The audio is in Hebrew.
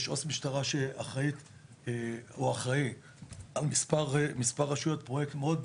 יש עו״ס משטרה שפועל במספר רשויות וזה פרויקט שמוכיח את עצמו